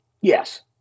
Yes